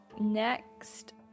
next